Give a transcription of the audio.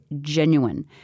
genuine